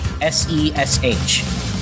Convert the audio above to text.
S-E-S-H